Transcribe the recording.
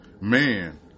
man